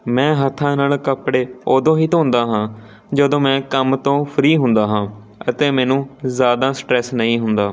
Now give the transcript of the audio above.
ਮੈਂ ਹੱਥਾਂ ਨਾਲ ਕੱਪੜੇ ਉਦੋਂ ਹੀ ਧੋਂਦਾ ਹਾਂ ਜਦੋਂ ਮੈਂ ਕੰਮ ਤੋਂ ਫ੍ਰੀ ਹੁੰਦਾ ਹਾਂ ਅਤੇ ਮੈਨੂੰ ਜ਼ਿਆਦਾ ਸਟ੍ਰੈੱਸ ਨਹੀਂ ਹੁੰਦਾ